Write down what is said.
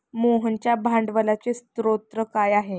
मोहनच्या भांडवलाचे स्रोत काय आहे?